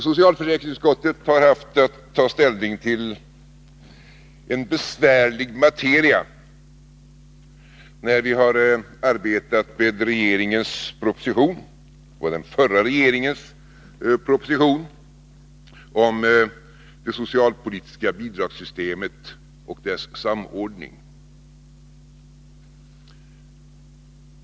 Socialförsäkringsutskottet har haft att ta ställning till ett besvärligt material när vi har arbetat med propositionen, som är den förra regeringens proposition om det socialpolitiska bidragssystemet och dess samordning.